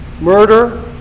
murder